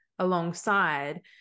alongside